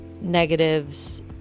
negatives